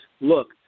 look